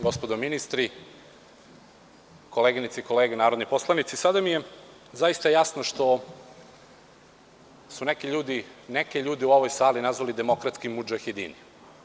Gospodo ministri, koleginice i kolege narodni poslanici, sada mi je zaista jasno što su neke ljude u ovoj sali nazvali demokratskim mudžahedinima.